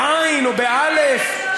בעי"ן או באל"ף,